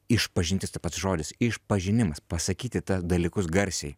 išpažintis tai pats žodis išpažinimas pasakyti ta dalykus garsiai